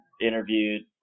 interviewed